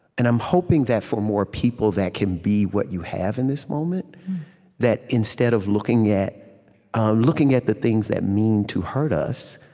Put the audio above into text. and i'm hoping that for more people, that can be what you have in this moment that instead of looking at looking at the things that mean to hurt us,